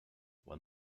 when